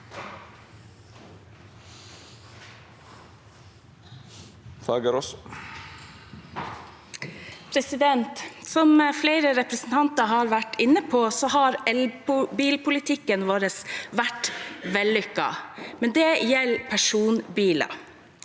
Som flere represen- tanter har vært inne på, har elbilpolitikken vår vært vellykket, men det gjelder personbiler.